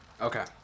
okay